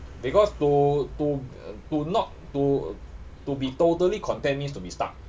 because to to to not to to be totally content means to be stuck